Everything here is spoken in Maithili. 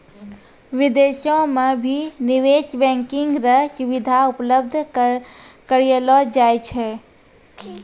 विदेशो म भी निवेश बैंकिंग र सुविधा उपलब्ध करयलो जाय छै